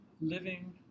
living